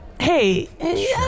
Hey